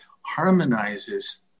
harmonizes